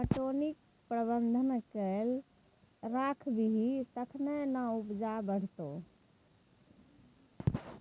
पटौनीक प्रबंधन कए राखबिही तखने ना उपजा बढ़ितौ